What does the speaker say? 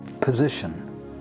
position